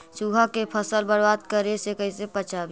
चुहा के फसल बर्बाद करे से कैसे बचाबी?